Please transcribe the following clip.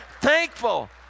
thankful